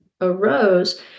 arose